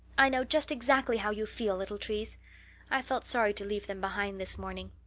i know just exactly how you feel, little trees i felt sorry to leave them behind this morning.